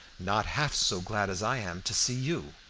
not half so glad as i am to see you,